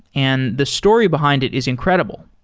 and the story behind it is incredible.